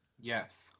Yes